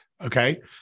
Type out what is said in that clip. Okay